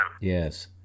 yes